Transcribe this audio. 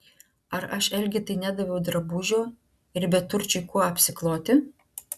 ar aš elgetai nedaviau drabužio ir beturčiui kuo apsikloti